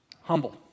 humble